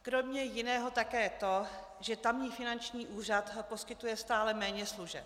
Kromě jiného také to, že tamní finanční úřad poskytuje stále méně služeb.